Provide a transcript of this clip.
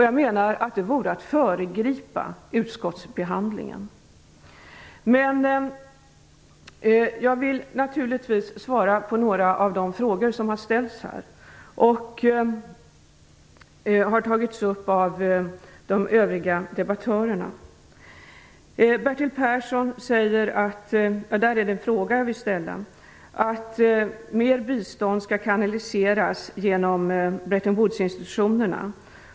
Jag menar att det vore att föregripa utskottsbehandlingen. Men jag vill naturligtvis svara på några av de frågor som har ställts här. Jag vill ställa en fråga till Bertil Persson. Han säger att mer bistånd skall kanaliseras genom Bretton Woods-institutionerna.